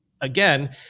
again